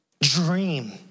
Dream